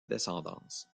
descendance